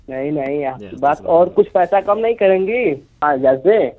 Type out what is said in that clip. नहीं नहीं यहाँ बस और कुछ पैसा कम नहीं करेंगी पाँच हज़ार से